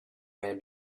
man